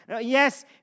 yes